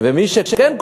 ומי שכן קורא,